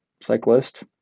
cyclist